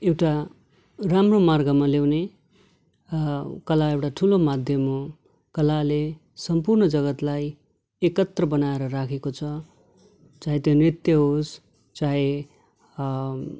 एउटा राम्रो मार्गमा ल्याउने कला एउटा ठुलो माध्यम हो कलाले सम्पूर्ण जगत्लाई एकत्र बनाएर राखेको छ चाहे त्यो नृत्य होस् चाहे